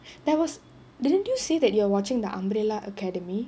there was didn't you say that you are watching the umbrella academy